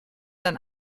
ein